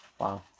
Wow